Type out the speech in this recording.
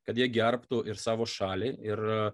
kad jie gerbtų ir savo šalį ir